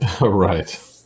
Right